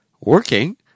Working